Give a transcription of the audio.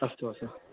अस्तु अस्तु